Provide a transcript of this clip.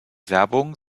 werbung